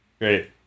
Great